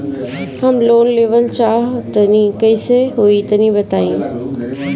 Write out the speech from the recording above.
हम लोन लेवल चाह तनि कइसे होई तानि बताईं?